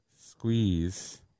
Squeeze